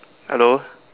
hello